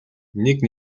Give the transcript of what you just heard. нэг